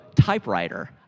typewriter